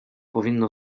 powinno